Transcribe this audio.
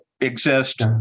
exist